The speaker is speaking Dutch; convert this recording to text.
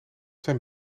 zijn